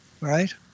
right